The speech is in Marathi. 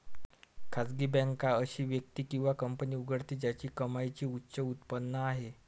खासगी बँक अशी व्यक्ती किंवा कंपनी उघडते ज्याची कमाईची उच्च उत्पन्न आहे